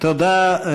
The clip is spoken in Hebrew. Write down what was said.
תודה.